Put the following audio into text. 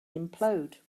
implode